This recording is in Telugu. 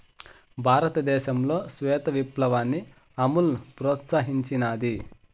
భారతదేశంలో శ్వేత విప్లవాన్ని అమూల్ ప్రోత్సహించినాది